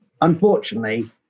Unfortunately